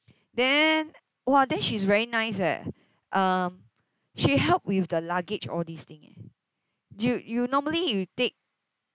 then !wah! then she's very nice eh um she helped with the luggage all these thing eh d~ you you normally you take